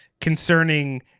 concerning